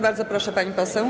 Bardzo proszę, pani poseł.